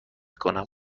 کنم